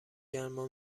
گرما